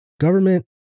government